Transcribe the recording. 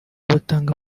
bagatanga